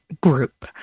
group